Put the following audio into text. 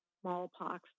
smallpox